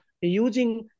using